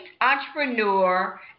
entrepreneur